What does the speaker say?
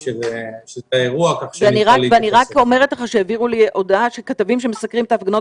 אומרת לך שהעבירו לי הודעה שכתבים שמסקרים את ההפגנות